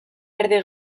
erdi